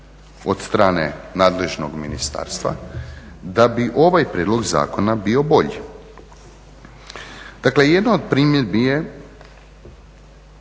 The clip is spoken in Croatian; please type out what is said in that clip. od strane nadležnog ministarstva, da bi ovaj prijedlog zakona bio bolji. Dakle, jedno od primjedbi je